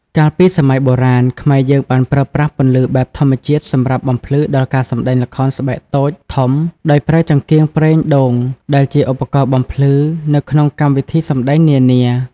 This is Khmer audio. កាលពីសម័យបុរាណ ខ្មែរយើងបានប្រើប្រាស់ពន្លឺបែបធម្មជាតិសម្រាប់បំភ្លឺដល់ការសម្តែងល្ខោខស្បែកតូច ធំ ដោយប្រើចង្កៀងប្រេងដូងដែលជាឧបករណ៍បំភ្លឺនៅក្នុងកម្មវិធីសម្តែងនានា។